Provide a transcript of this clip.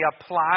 apply